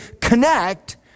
connect